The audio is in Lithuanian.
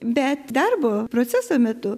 bet darbo proceso metu